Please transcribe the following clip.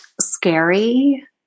scary